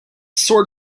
sort